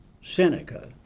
Seneca